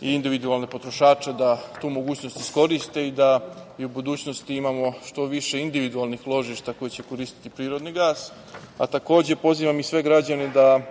i individualne potrošače da tu mogućnost iskoriste i da i u budućnosti imamo što više individualnih ložišta koja će koristiti prirodni gas. Takođe, pozivam i sve građane da